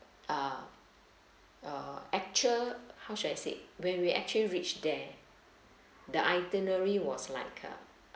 uh uh actual how should I say when we actually reached there the itinerary was like uh